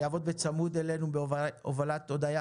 שיעבוד בצמוד אלינו בהובלת הודיה